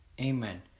amen